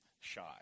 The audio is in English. shy